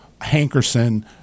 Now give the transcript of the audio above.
Hankerson